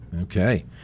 Okay